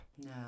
No